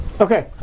Okay